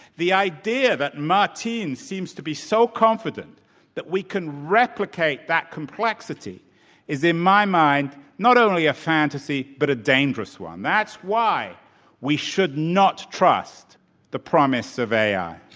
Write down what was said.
the idea that martine seems to be so confident that we can replicate that co mplexity is in my mind not only a fantasy but a dangerous one. that's why we should not trust the promise of ai.